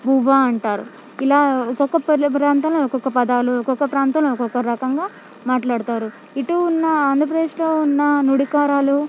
బువ్వా అంటారు ఇలా ఒక్కొక్క పల్లె ప్రాంతంలో ఒక్కొక్క పదాలు ఒక్కొక్క ప్రాంతంలో ఒక్కొక్క రకంగా మాట్లాడతారు ఇటు ఉన్న ఆంధ్రప్రదేశ్లో ఉన్న నుడికారాలు